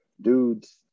dudes